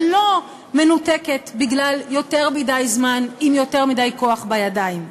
ולא מנותקת בגלל יותר מדי זמן עם יותר מדי כוח בידיים.